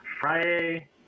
Friday